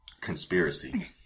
conspiracy